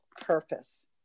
purpose